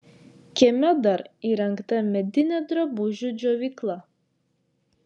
kieme dar įrengta medinė drabužių džiovykla